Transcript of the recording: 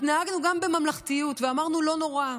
שהתנהגנו גם בממלכתיות ואמרנו: לא נורא,